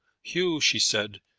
hugh, she said,